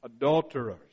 adulterers